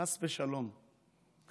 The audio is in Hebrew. חס ושלום,